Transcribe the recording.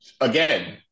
again